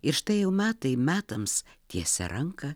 ir štai jau metai metams tiesia ranką